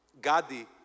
Gadi